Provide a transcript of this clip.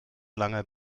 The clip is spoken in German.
langer